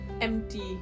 empty